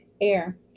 air